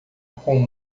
com